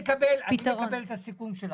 אני מקבל את הסיכום שלך.